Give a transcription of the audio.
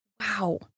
Wow